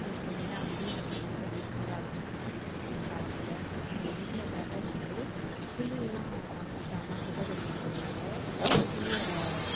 இந்த செடிலாம் வந்து எனக்கு ரொம்ப யூஸ்ஃபுல்லாக இருக்கும் பிற் பிற்காலத்தில் எங்கள் வீட்டில் வெதை வந்து புளியெல்லாம் சமைச்சிட்டு அம்மா குப்பை தொட்டியில் போடுவாங்க அந்த புளியோடய